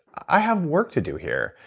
i have work to do here.